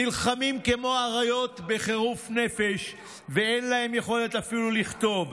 נלחמים כמו אריות בחירוף נפש ואין להם יכולת אפילו לכתוב,